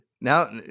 now